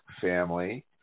family